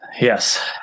Yes